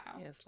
Yes